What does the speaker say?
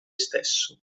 stesso